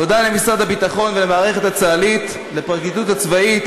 תודה למשרד הביטחון ולמערכת הצה"לית: לפרקליטות הצבאית,